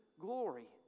glory